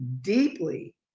deeply